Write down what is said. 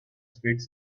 speaks